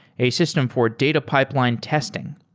a system for data pipeline testing.